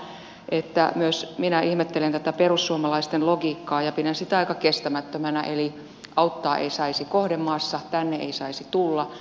täytyy sanoa että myös minä ihmettelen tätä perussuomalaisten logiikkaa ja pidän sitä aika kestämättömänä eli auttaa ei saisi kohdemaassa tänne ei saisi tulla